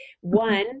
One